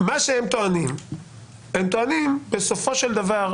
הם טוענים שבסופו של דבר,